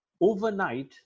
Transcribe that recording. overnight